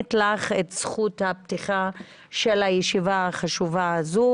נותנת לך את זכות הפתיחה של הישיבה החשובה הזו,